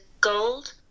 gold